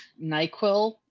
NyQuil